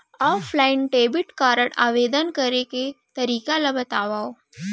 Offline debit card आवेदन करे के तरीका ल बतावव?